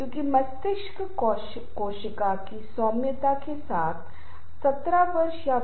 तो इसे आंतरिक संघर्ष या अंतर व्यक्तिगत संघर्ष कहा जाता है